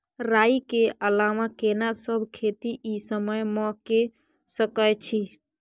राई के अलावा केना सब खेती इ समय म के सकैछी?